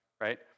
right